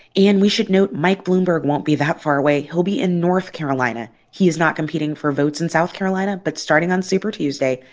and we should note mike bloomberg won't be that far away. he'll be in north carolina. he is not competing for votes in south carolina. but starting on super tuesday,